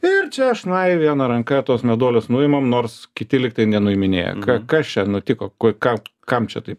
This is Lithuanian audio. ir čia šnai viena ranka tuos meduolius nuimam nors kiti lygtai nenuiminėja kas čia nutiko ką kam čia tai